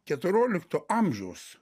keturiolikto amžiaus